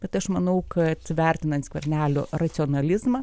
bet aš manau kad vertinant skvernelio racionalizmą